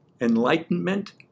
enlightenment